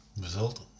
Result